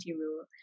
rule